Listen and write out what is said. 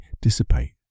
dissipate